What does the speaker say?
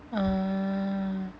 uh